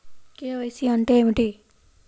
KYC అంటే ఏమిటి?